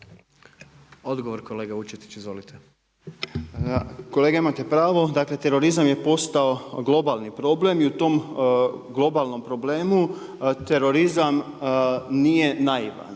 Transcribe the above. Marko (Nezavisni)** Kolega imate pravo. Dakle, terorizam je postao globalni problem i u tom globalnom problemu terorizam nije naivan.